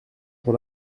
pour